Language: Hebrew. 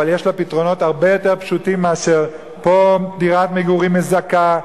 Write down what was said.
אבל יש לה פתרונות הרבה יותר פשוטים מאשר פה דירת מגורים מזכה.